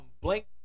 blank